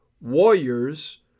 warriors